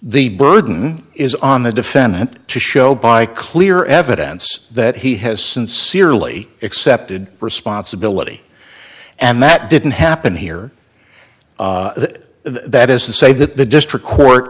the burden is on the defendant to show by clear evidence that he has sincerely accepted responsibility and that didn't happen here that is to say that the district court